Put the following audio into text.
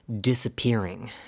disappearing